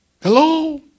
hello